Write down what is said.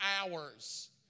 hours